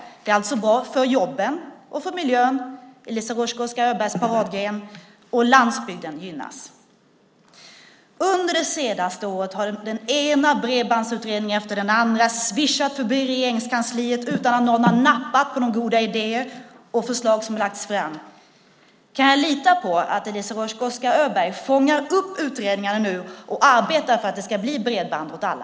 Det är alltså bra för jobben och för miljön - Eliza Roszkowska Öbergs paradgren - och landsbygden gynnas. Under det senaste året har den ena bredbandsutredningen efter den andra svischat förbi Regeringskansliet utan att någon har nappat på de goda idéer och förslag som har lagts fram. Kan jag lita på att Eliza Roszkowska Öberg fångar upp utredningarna och arbetar för att det ska bli ett bredband åt alla?